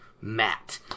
Matt